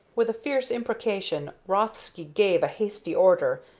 with a fierce imprecation rothsky gave a hasty order,